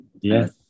Yes